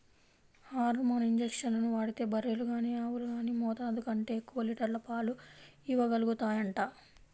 hormone ఇంజక్షన్లు వాడితే బర్రెలు గానీ ఆవులు గానీ మోతాదు కంటే ఎక్కువ లీటర్ల పాలు ఇవ్వగలుగుతాయంట